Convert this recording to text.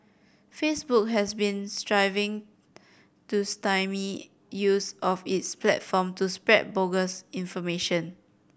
Facebook has been striving to stymie use of its platform to spread bogus information